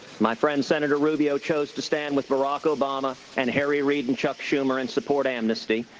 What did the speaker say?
my friend senator rubio chose to stand with barack obama and harry reid and chuck schumer and support amnesty.